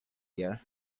year